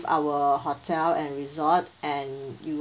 our hotel and resort and you